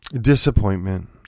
disappointment